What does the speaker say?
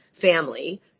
family